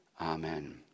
Amen